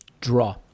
draw